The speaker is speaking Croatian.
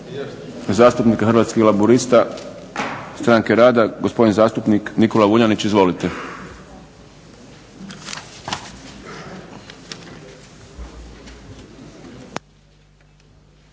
zastupnika Hrvatskih laburista stranke rada gospodin zastupnik Nikola Vuljanić. Izvolite.